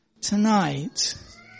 Tonight